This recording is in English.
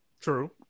True